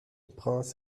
prince